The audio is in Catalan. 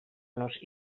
nos